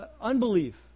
unbelief